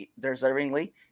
deservingly